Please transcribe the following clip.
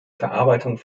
verarbeitung